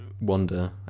wonder